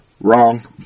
wrong